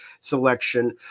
selection